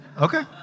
Okay